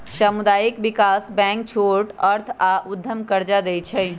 सामुदायिक विकास बैंक छोट अर्थ आऽ उद्यम कर्जा दइ छइ